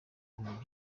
y’ibihugu